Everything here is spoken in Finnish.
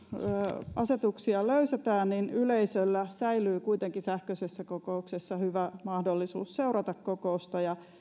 yhteysasetuksia löysätään niin yleisöllä säilyy kuitenkin sähköisessä kokouksessa hyvä mahdollisuus seurata kokousta ja